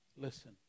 Listen